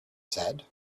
said